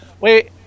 Wait